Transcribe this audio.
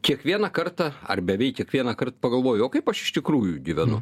kiekvieną kartą ar beveik kiekvienąkart pagalvoju o kaip aš iš tikrųjų gyvenu